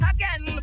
Again